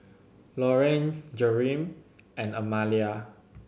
Lorrayne Jereme and Amalia